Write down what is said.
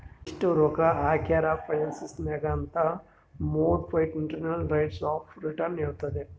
ಎಸ್ಟ್ ರೊಕ್ಕಾ ಹಾಕ್ಯಾರ್ ಫೈನಾನ್ಸ್ ನಾಗ್ ಅಂತ್ modified internal rates of return ಹೇಳತ್ತುದ್